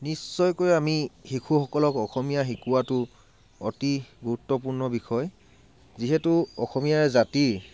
নিশ্চয়কৈ আমি শিশুসকলক অসমীয়া শিকোৱাটো অতি গুৰুত্বপূৰ্ণ বিষয় যিহেতু অসমীয়া জাতি